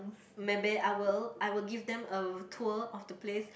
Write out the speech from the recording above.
maybe I will I will give them a tour of the place